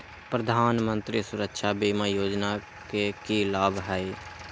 प्रधानमंत्री सुरक्षा बीमा योजना के की लाभ हई?